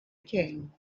king